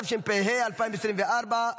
התשפ"ה 2024,